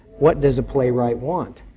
what does a playwright want?